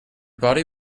body